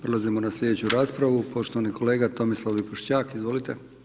Prelazimo na sljedeću raspravu, poštovani kolega Tomislav Lipošćak, izvolite.